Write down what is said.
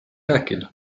rääkida